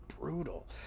brutal